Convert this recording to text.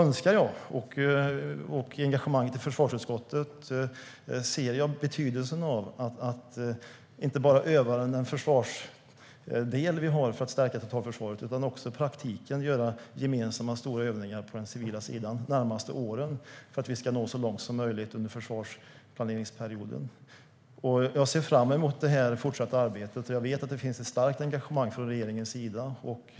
När det gäller engagemanget i försvarsutskottet ser jag betydelsen av att inte bara öva försvarsdelen för att stärka totalförsvaret utan också i praktiken gemensamt genomföra stora övningar på den civila sidan under de närmaste åren för att nå så långt som möjligt under försvarsplaneringsperioden. Jag ser fram emot det fortsatta arbetet. Jag vet att det finns ett starkt engagemang hos regeringen.